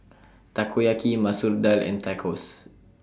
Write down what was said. Takoyaki Masoor Dal and Tacos